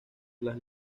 las